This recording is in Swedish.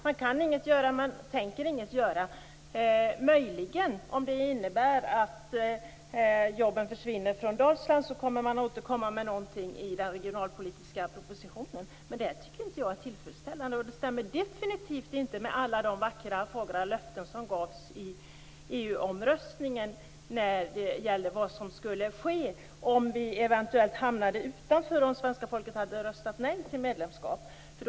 Han kan inget göra och tänker inget göra. Möjligen om detta innebär att jobben försvinner från Dalsland kommer han att återkomma med någonting i den regionalpolitiska propositionen. Men det tycker jag inte är tillfredsställande. Detta stämmer definitivt inte med alla de vackra och fagra löften som gavs i samband med EU omröstningen om vad som skulle ske om svenska folket röstade nej till medlemskap och Sverige hamnade utanför.